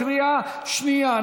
בקריאה שנייה,